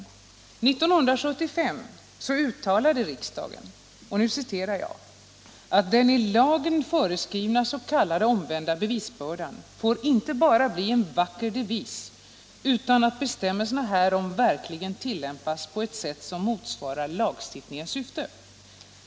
År 1975 uttalade riksdagen att ”den i lagen föreskrivna s.k. omvända bevisbördan får inte bara bli en vacker devis utan att bestämmelserna härom verkligen tillämpas på ett sätt som motsvarar lagstiftningens syfte.